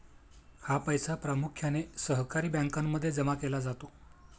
हा पैसा प्रामुख्याने सहकारी बँकांमध्ये जमा केला जातो